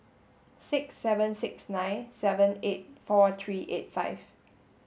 six seven six nine seven eight four three eight five